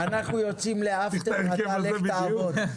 אנחנו יוצאים לאפטר ואתה לך תעבוד.